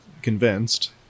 convinced